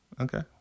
okay